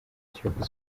kiyovu